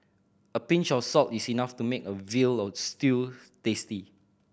a pinch of salt is enough to make a veal of stew tasty